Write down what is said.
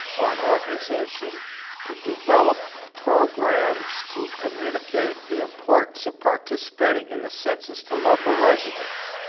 or an organization to develop programs to communicate the importance of participating in the census to local residents.